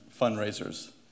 fundraisers